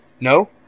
no